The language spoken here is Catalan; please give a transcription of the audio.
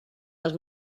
les